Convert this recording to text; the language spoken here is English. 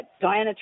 Diana